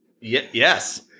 yes